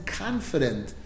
confident